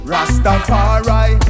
Rastafari